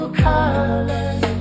colors